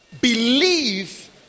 believe